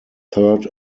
third